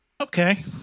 Okay